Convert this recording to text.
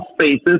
spaces